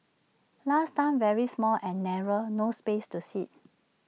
last time very small and narrow no space to sit